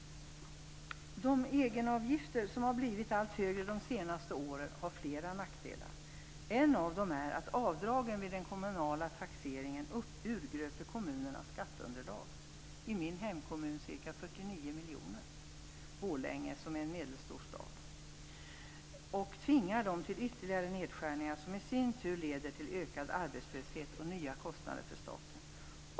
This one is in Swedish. De egenavgifter som blivit allt högre de senaste åren har flera nackdelar. En av dem är att avdragen vid den kommunala taxeringen urgröper kommunernas skatteunderlag - t.ex. i min hemkommun Borlänge som är en medelstor stad ca 49 miljoner - och tvingar till ytterligare nedskärningar som i sin tur leder till ökad arbetslöshet och nya kostnader för staten.